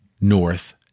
North